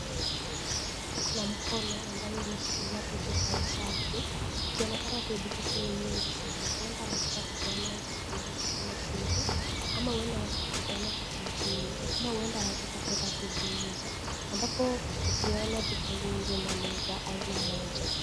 Kuna mikono ambayo imeshikilia vitu za usafi ikionekana huenda anataka kupeana shule ama huenda anataka kupeana kijijini huenda anataka kuziuza ambapo ukiona Iko nyingi.